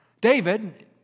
David